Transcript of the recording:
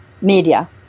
media